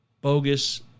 bogus